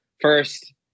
first